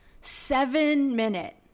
seven-minute